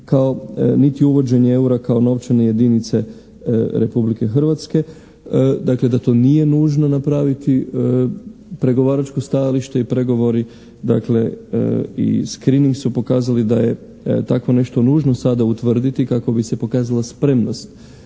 niti uvođenje EUR-a kao novčane jedinice Republike Hrvatske. Dakle da to nije nužno napraviti. Pregovaračko stajalište i pregovori dakle i «screening» su pokazali da je tako nešto nužno sada utvrditi kako bi se pokazala spremnost